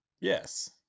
Yes